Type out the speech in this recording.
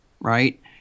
Right